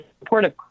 supportive